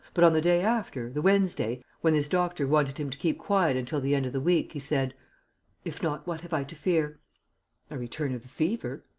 but on the day after, the wednesday, when his doctor wanted him to keep quiet until the end of the week, he said if not, what have i to fear? a return of the fever.